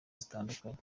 zitandukanye